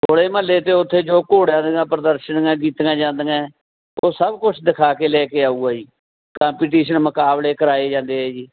ਹੋਲੇ ਮਹੱਲੇ 'ਤੇ ਉੱਥੇ ਜੋ ਘੋੜਿਆਂ ਦੇ ਨਾਲ ਪ੍ਰਦਰਸ਼ਨੀਆਂ ਕੀਤੀਆਂ ਜਾਂਦੀਆਂ ਉਹ ਸਭ ਕੁਛ ਦਿਖਾ ਕੇ ਲੈ ਕੇ ਆਊਗਾ ਜੀ ਕੰਪੀਟੀਸ਼ਨ ਮੁਕਾਬਲੇ ਕਰਵਾਏ ਜਾਂਦੇ ਆ ਜੀ